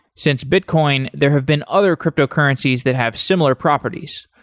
since bitcoin, there have been other cryptocurrencies that have similar properties,